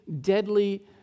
deadly